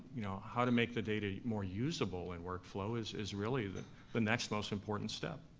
you know how to make the data more usable in workflow is is really the the next most important step.